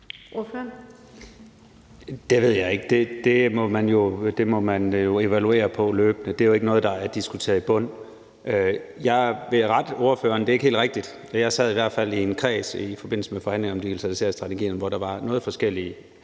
Det ved jeg ikke, det må man jo evaluere på løbende. Det er jo ikke noget, der er diskuteret i bund. Jeg vil rette ordføreren. Der er noget, der ikke er helt rigtigt. Jeg sad i hvert fald i en kreds i forbindelse med forhandlingerne om digitaliseringsstrategien, hvor der var noget forskellige